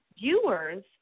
viewers